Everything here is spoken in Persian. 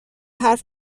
حرف